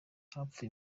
hapfuye